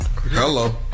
Hello